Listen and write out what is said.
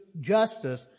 justice